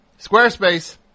Squarespace